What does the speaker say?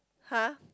!huh!